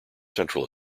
central